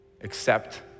Accept